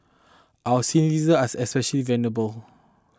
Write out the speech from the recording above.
our senior citizen are especially vulnerable